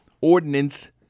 ordinance